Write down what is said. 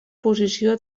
posició